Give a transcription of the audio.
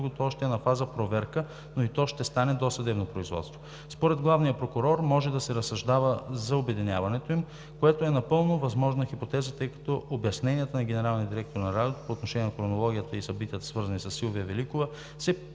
още на фаза проверка, но и то ще стане досъдебно производство. Според главния прокурор може да се разсъждава за обединяването им, което е напълно възможна хипотеза, тъй като обясненията на генералния директор на Радиото по отношение на хронологията и събитията, свързани със Силвия Великова,